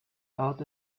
out